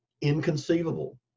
inconceivable